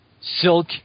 Silk